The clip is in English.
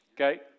okay